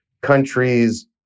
countries